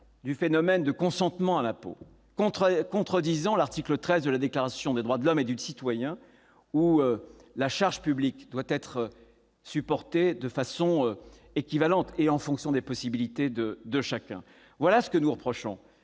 du principe du consentement à l'impôt et contredisant l'article XIII de la Déclaration des droits de l'homme et du citoyen, selon lequel la charge publique doit être supportée de façon équivalente et en fonction des possibilités de chacun. Ce que nous reprochons